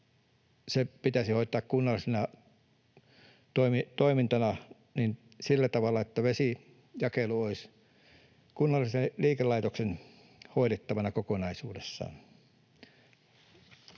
se pitäisi hoitaa kunnallisena toimintana sillä tavalla, että vesijakelu olisi kunnallisen liikelaitoksen hoidettavana kokonaisuudessaan.